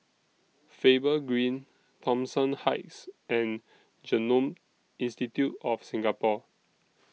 Faber Green Thomson Heights and Genome Institute of Singapore